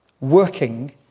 working